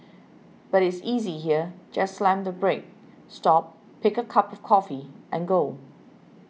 but is easy here just slam the brake stop pick a cup of coffee and go